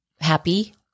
happy